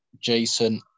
Jason